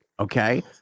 Okay